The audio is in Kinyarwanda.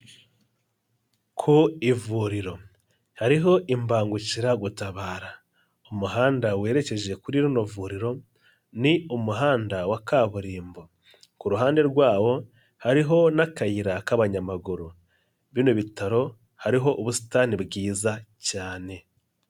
Ku ivuriro hariho imbangukiragutabara, umuhanda werekeje kuri rino vuriro ni umuhanda wa kaburimbo, ku ruhande rwawo hariho n'akayira k'abanyamaguru, bino bitaro hariho ubusitani bwiza cyane.